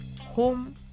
home